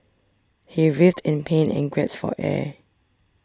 he writhed in pain and gasped for air